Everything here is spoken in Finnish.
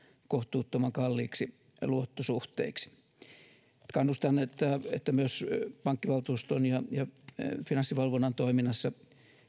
kohtuuttoman kalliiksi luottosuhteiksi kannustan että että myös pankkivaltuuston ja ja finanssivalvonnan toiminnassa